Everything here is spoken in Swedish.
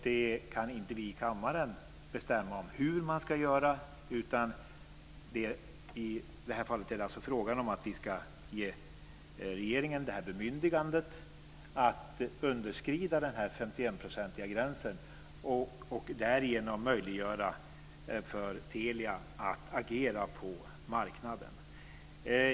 Vi kan inte i kammaren bestämma hur man ska göra, utan i det här fallet ska vi ge regeringen bemyndigandet att underskrida gränsen 51 % och därigenom möjliggöra för Telia att agera på marknaden.